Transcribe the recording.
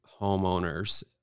homeowners